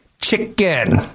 Chicken